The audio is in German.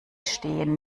stehen